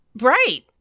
Right